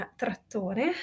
trattore